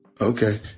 Okay